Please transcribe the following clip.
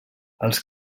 els